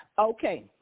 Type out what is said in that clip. Okay